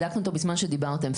בדקנו אותו בזמן שדיברתם.